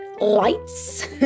lights